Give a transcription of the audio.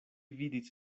vidis